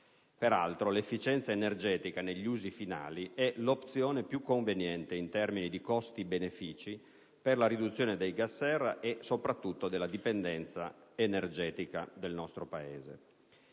Peraltro, l'efficienza energetica negli usi finali è l'opzione più conveniente in termini di costi-benefici per la riduzione dei gas serra e, soprattutto, della dipendenza energetica del nostro Paese.